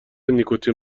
نیکوتین